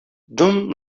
dum